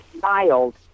filed